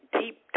deep